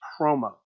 promo